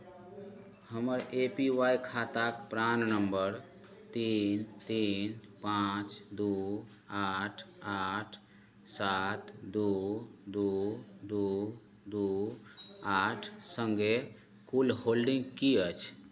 हमर A P Y खाताक PRAN number तीन तीन पाँच दू आठ आठ सात दू दू दू दू आठ सङ्गे कुल होल्डिंग की अछि